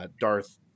Darth